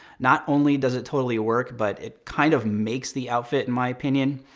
not only does it totally work, but it kind of makes the outfit in my opinion.